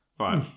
Right